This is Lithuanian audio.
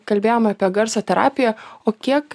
kalbėjom apie garso terapiją o kiek